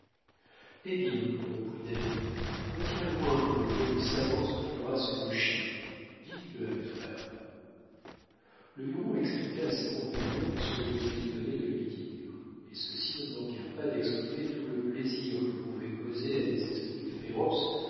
eh bien reprit david retirez-vous un peu et l'homme savant soufflera sur le chien dites-le à mes frères le huron expliqua à ses compagnons ce que david venait de lui dire et ceux-ci ne manquèrent pas d'exprimer tout le plaisir que pouvait causer à des esprits féroces